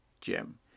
gem